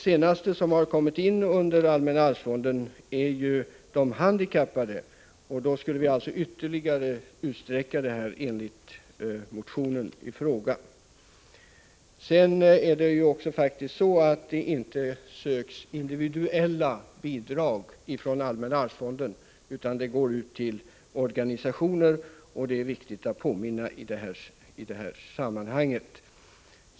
Senast kom ju de handikappade in under allmänna arvsfonden, och nu skulle vi alltså enligt motionen i fråga ta in ytterligare en kategori. Sedan förhåller det sig så, att det inte söks individuella bidrag från arvsfonden. Bidragen går till organisationer. Det är viktigt att påminna om den saken i det här sammanhanget.